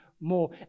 more